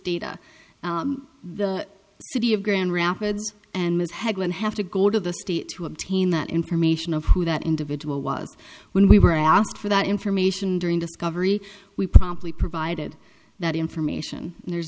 data the city of grand rapids and ms hegland have to go to the state to obtain that information of who that individual was when we were asked for that information during discovery we promptly provided that information and there's